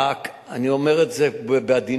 אני אומר את זה בעדינות.